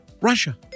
Russia